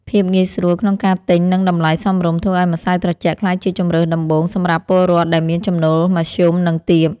ភាពងាយស្រួលក្នុងការទិញនិងតម្លៃសមរម្យធ្វើឱ្យម្សៅត្រជាក់ក្លាយជាជម្រើសដំបូងសម្រាប់ពលរដ្ឋដែលមានចំណូលមធ្យមនិងទាប។